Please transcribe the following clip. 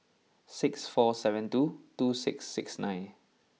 six four seven two two six six nine